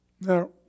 Now